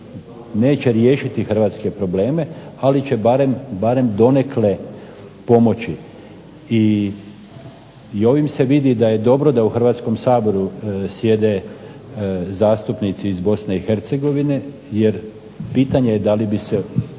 neće riješiti hrvatske probleme, ali će barem donekle pomoći i ovim se vidi da je dobro da u Hrvatskom saboru sjede zastupnici iz Bosne i Hercegovine jer pitanje je da li bi se